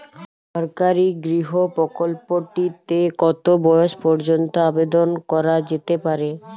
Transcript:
সরকারি গৃহ প্রকল্পটি তে কত বয়স পর্যন্ত আবেদন করা যেতে পারে?